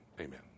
Amen